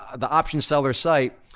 the optionsellers site,